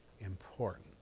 important